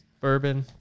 bourbon